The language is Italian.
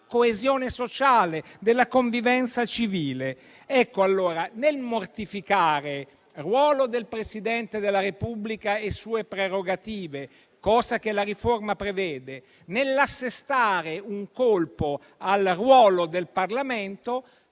coesione sociale, della convivenza civile. Allora, nel mortificare ruolo del Presidente della Repubblica e sue prerogative, cosa che la riforma prevede, nell'assestare un colpo al ruolo del Parlamento,